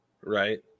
Right